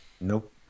nope